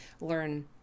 learn